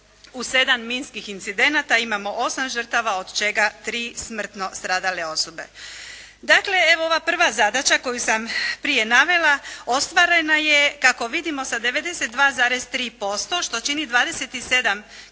u 7 minskih incidenata, imamo 8 žrtava od čega 3 smrtno stradale osobe. Dakle, evo ova prva zadaća koju sam prije navela ostvarena je kako vidimo sa 92,3% što čini